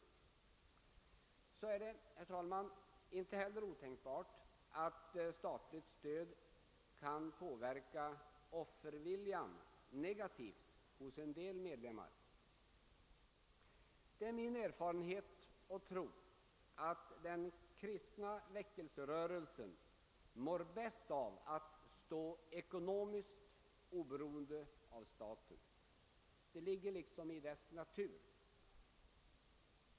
Vidare är det, herr talman, inte heller otänkbart, att statligt stöd kan påverka offerviljan negativt hos en del medlemmar. Det är min erfarenhet och tro att den kristna väckelserörelsen mår bäst av att stå ekonomiskt oberoende av staten. Det ligger liksom i dess natur.